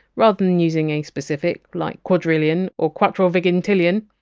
rather than than using a specific like quadrillion or quattuorvigintillion,